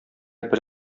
бер